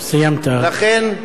לכן,